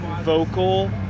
vocal